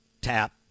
Tap